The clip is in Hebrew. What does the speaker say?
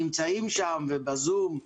נמצאים שם, ובזום,